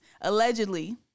allegedly